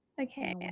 Okay